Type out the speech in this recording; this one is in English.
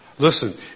Listen